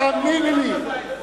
תאמיני לי,